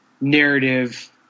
narrative